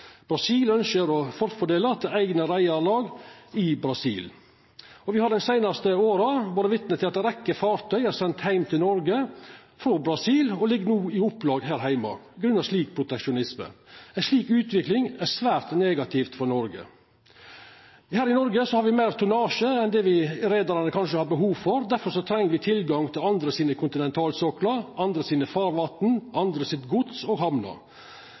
Brasil ønskjer å forfordela med omsyn til eigne reiarlag i Brasil. Me har i dei seinaste åra vore vitne til at ei rekkje fartøy er sende heim til Noreg frå Brasil og ligg no i opplag her heime på grunn av slik proteksjonisme. Ei slik utvikling er svært negativ for Noreg. Her i Noreg har me meir tonnasje enn det reiarane kanskje har behov for, og difor treng me tilgang til andre sine kontinentalsoklar, andre sine farvatn, andre sitt gods og